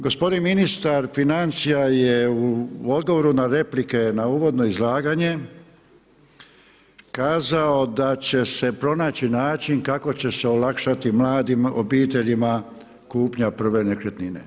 Gospodin ministar financija je u odgovoru na replike na uvodno izlaganje kazao da će se pronaći način kako će se olakšati mladim obiteljima kupnja prve nekretnine.